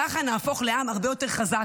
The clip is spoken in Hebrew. ככה נהפוך לעם הרבה יותר חזק,